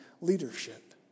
leadership